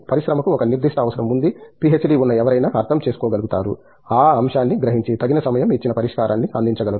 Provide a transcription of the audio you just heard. పరిశ్రమకు ఒక నిర్దిష్ట అవసరం ఉంది పిహెచ్డి ఉన్న ఎవరైనా అర్థం చేసుకోగలుగుతారు ఆ అంశాన్ని గ్రహించి తగిన సమయం ఇచ్చిన పరిష్కారాన్ని అందించగలరు